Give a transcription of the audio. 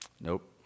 Nope